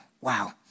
Wow